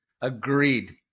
Agreed